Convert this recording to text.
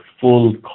full